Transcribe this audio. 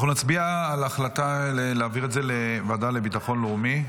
אנחנו נצביע על ההחלטה להעביר את זה לוועדה לביטחון לאומי.